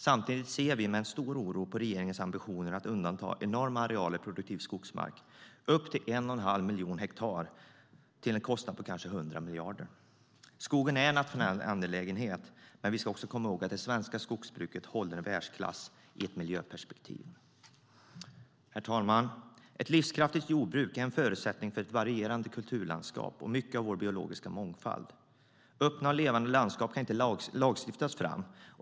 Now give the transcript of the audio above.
Samtidigt ser vi med stor oro på regeringens ambitioner att undanta enorma arealer produktiv skogsmark, upp till 1 1⁄2 miljon hektar till en kostnad på kanske 100 miljarder. Skogen är en nationell angelägenhet. Men vi ska också komma ihåg att det svenska skogsbruket håller världsklass ur ett miljöperspektiv. Herr talman! Ett livskraftigt jordbruk är en förutsättning för ett varierande kulturlandskap och mycket av vår biologiska mångfald. Öppna och levande landskap kan inte lagstiftas fram.